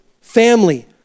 family